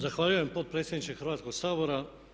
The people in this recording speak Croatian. Zahvaljujem potpredsjedniče Hrvatskog sabora.